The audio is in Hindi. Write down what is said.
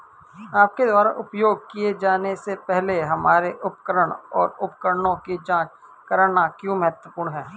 आपके द्वारा उपयोग किए जाने से पहले हमारे उपकरण और उपकरणों की जांच करना क्यों महत्वपूर्ण है?